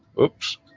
Oops